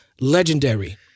legendary